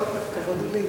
הכבוד הוא לי.